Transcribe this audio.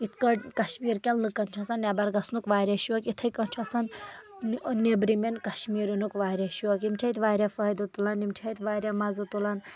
ییٚتھ کٲٹھۍ کشمیٖر کٮ۪ن لُکَن چھُ آسان نیبر گژھنُک واریاہ شوق اِتھٕے کٲٹھۍ چھُ آسان نیبرِمٮ۪ن کشمیٖر یِنُک واریاہ شوق یِم چھِ اَتہِ واریاہ فٲیِدٕ تُلان یِم چھِ اَتہِ واریاہ مَزٕ تُلان